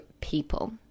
people